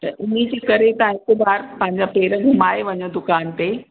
त उनजे करे तव्हां हिक बार पंहिंजा पैर घुमाए वञो दुकान ते